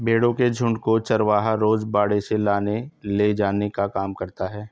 भेंड़ों के झुण्ड को चरवाहा रोज बाड़े से लाने ले जाने का काम करता है